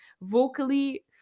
vocally